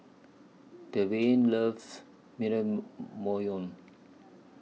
Dwyane loves Naengmyeon